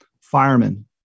firemen